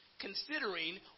considering